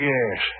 Yes